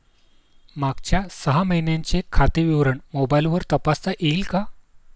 मागच्या सहा महिन्यांचे खाते विवरण मोबाइलवर तपासता येईल का?